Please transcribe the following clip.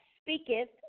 speaketh